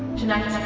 tonight's